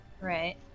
Right